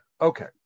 Okay